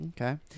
Okay